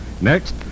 Next